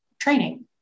training